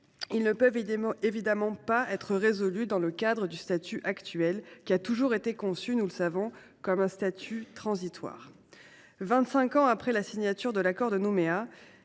ne peuvent évidemment pas être résolus dans le cadre du statut actuel, qui a toujours été conçu, nous le savons, comme transitoire. Vingt cinq ans après la signature de l’accord de Nouméa,